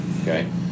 Okay